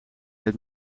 het